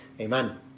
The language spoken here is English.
Amen